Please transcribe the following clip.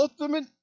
ultimate